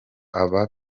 aba